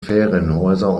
ferienhäuser